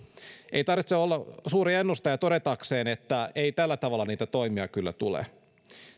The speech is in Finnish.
ei tarvitse olla suuri ennustaja todetakseen että ei tällä tavalla niitä toimia kyllä tule